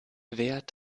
wert